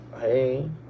hey